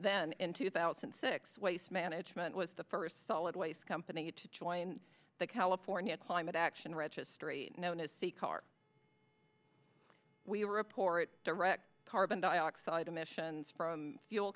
then in two thousand and six waste management was the first solid waste company to join the california climate action registry known as c car we report direct carbon dioxide emissions from fuel